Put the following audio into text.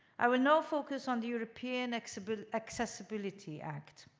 i will now focus on the european accessibility accessibility act.